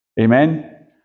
Amen